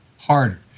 Harder